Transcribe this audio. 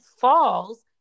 falls